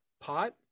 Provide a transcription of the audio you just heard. pot